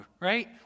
right